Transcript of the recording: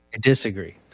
disagree